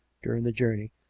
during the journey,